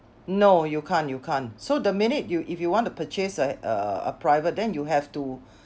no you can't you can't so the minute you if you want to purchase uh a private then you have to